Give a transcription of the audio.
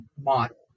model